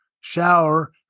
shower